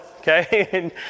Okay